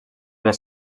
les